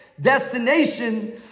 destination